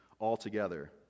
altogether